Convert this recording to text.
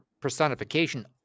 personification